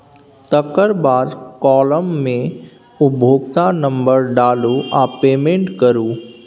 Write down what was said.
तकर बाद काँलम मे उपभोक्ता नंबर डालु आ पेमेंट करु